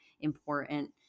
important